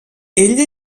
ella